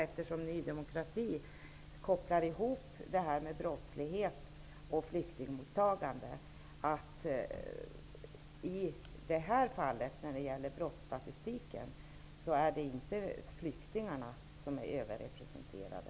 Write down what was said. Eftersom Ny demokrati kopplar ihop brottsligheten med flyktingmottagandet ville jag bara påpeka att det i brottsstatistiken inte är flyktingarna som är överrepresenterade.